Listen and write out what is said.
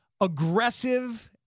aggressive